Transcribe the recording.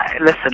listen